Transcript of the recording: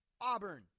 Auburn